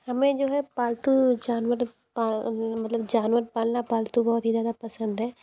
हमें जो है पालतू जानवर पा मतलब जानवर पालना पालतू बहुत ही ज़्यादा पसंद है